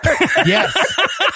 Yes